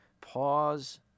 Pause